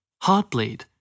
Heartbleed